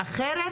אחרת,